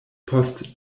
post